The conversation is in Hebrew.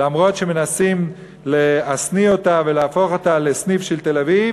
אף-על-פי שמנסים להשניא אותה ולהפוך אותה לסניף של תל-אביב.